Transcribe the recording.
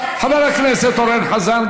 חבר הכנסת אורן חזן,